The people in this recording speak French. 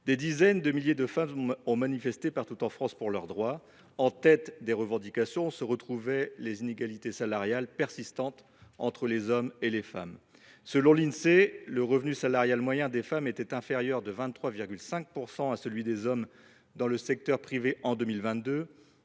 Des dizaines de milliers de femmes ont manifesté partout en France pour leurs droits. En tête des revendications, on retrouvait la lutte contre les inégalités salariales persistantes entre les hommes et les femmes. Selon l’Insee, le revenu salarial moyen des femmes était inférieur de 23,5 % à celui des hommes dans le secteur privé en 2022